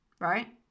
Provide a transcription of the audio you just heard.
right